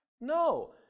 No